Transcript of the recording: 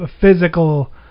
physical